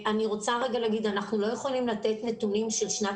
לומר שאנחנו לא יכולים לתת נתונים של שנת